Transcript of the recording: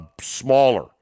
smaller